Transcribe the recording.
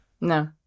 No